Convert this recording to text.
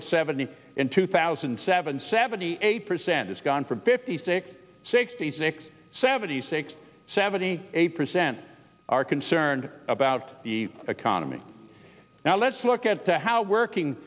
at seventy in two thousand and seven seventy eight percent it's gone from fifty six sixty six seventy six seventy eight percent are concerned about the economy now let's look at the how working